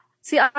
See